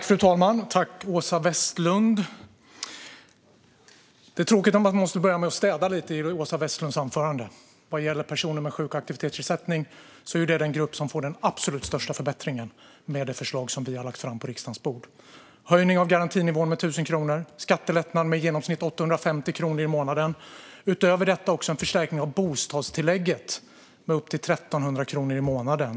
Fru talman! Det är tråkigt att man måste börja med att städa lite i Åsa Westlunds anförande. Personer med sjuk och aktivitetsersättning är den grupp som får den absolut största förbättringen med det förslag som vi har lagt fram på riksdagens bord. Vi har en höjning av garantinivån med 1 000 kronor och skattelättnader på i genomsnitt 850 kronor i månaden. Utöver detta blir det även en förstärkning av bostadstillägget med upp till 1 300 kronor i månaden.